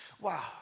Wow